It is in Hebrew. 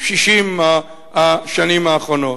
60 השנים האחרונות.